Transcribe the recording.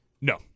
No